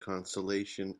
consolation